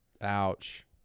ouch